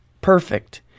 perfect